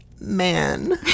man